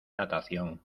natación